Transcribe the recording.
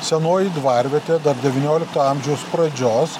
senoji dvarvietė dar devyniolikto amžiaus pradžios